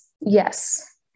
yes